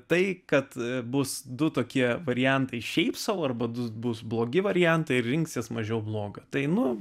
tai kad bus du tokie variantai šiaip sau arba du s bus blogi variantai rinksis mažiau bloga tai nu